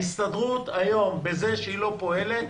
ההסתדרות היום, בזה שהיא לא פועלת,